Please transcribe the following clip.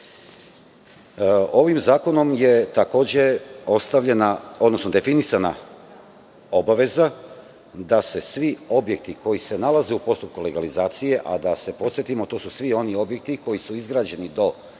zakonom je definisana obaveza da se svim objektima koji se nalaze u postupku legalizacije, a da se podsetimo, to su svi oni objekti koji su izgrađeni do